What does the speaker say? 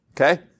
Okay